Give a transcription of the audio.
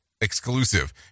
exclusive